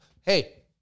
Hey